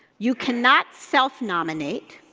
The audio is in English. you cannot self-nominate,